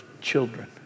children